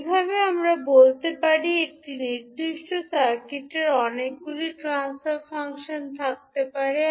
এইভাবে আমরা বলতে পারি একটি নির্দিষ্ট সার্কিটের অনেকগুলি ট্রান্সফার ফাংশন থাকতে পারে